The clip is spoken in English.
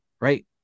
right